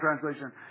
translation